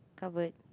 covered